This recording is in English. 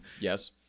Yes